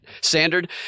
standard